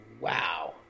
wow